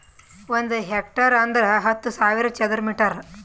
ಒಂದ್ ಹೆಕ್ಟೇರ್ ಅಂದರ ಹತ್ತು ಸಾವಿರ ಚದರ ಮೀಟರ್